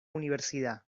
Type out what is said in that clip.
universidad